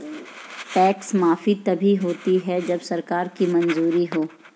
tax माफी तभी होती है जब सरकार की मंजूरी हो